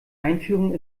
einführung